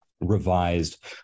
revised